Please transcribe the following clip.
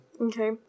Okay